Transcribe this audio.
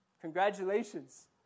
Congratulations